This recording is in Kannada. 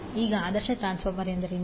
ಈಗ ಆದರ್ಶ ಟ್ರಾನ್ಸ್ಫಾರ್ಮರ್ ಎಂದರೇನು